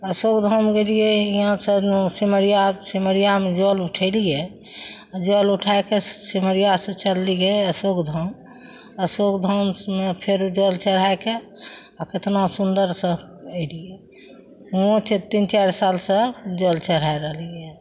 अशोक धाम गेलियै यहाँ सिमरिया सिमरियामे जल उठेलियै आओर जल उठायके सिमरियासँ चललियै अशोक धाम अशोक धाममे फेर जल चढ़ायके आओर केतना सुन्दरसँ अयलियै वहाँ तीन चारि सालसँ जल चढ़ाय रहलियै हँ